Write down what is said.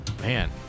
Man